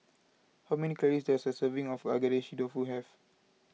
how many calories does a serving of Agedashi Dofu have